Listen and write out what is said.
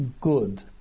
good